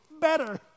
better